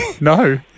No